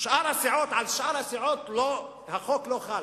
על שאר הסיעות החוק לא חל.